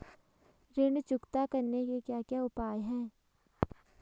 ऋण चुकता करने के क्या क्या उपाय हैं?